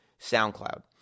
SoundCloud